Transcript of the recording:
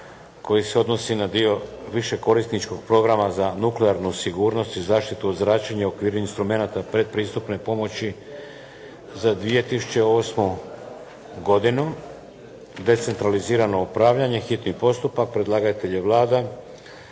koji se odnosi na dio višekorisničkog programa za nuklearnu sigurnost i zaštitu od zračenja u okviru instrumenata predpristupne pomoći za 2008. godinu (decentralizirano upravljanje), s konačnim prijedlogom zakona,